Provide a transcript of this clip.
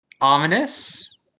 Ominous